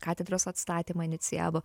katedros atstatymą inicijavo